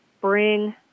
bring